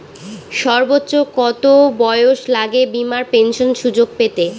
সর্বোচ্চ কত বয়স লাগে বীমার পেনশন সুযোগ পেতে?